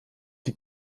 die